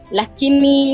lakini